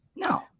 No